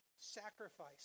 sacrifice